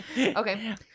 okay